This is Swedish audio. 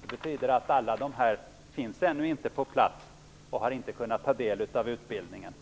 Det betyder att alla ännu inte är på plats och att alla ännu inte kunnat ta del av utbildningen.